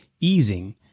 easing